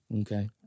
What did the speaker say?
Okay